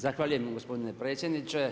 Zahvaljujem gospodine predsjedniče.